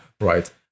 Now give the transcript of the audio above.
right